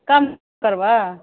कम करबऽ